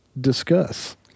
Discuss